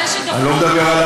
זה שדחו, אבל אני לא מדבר עלייך.